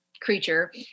creature